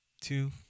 two